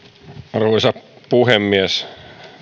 arvoisa puhemies